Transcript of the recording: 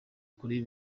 kuri